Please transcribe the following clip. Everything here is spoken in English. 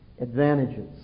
advantages